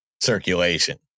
circulation